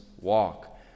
walk